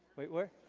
wait, where